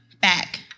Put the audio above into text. back